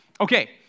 Okay